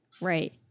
right